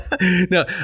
No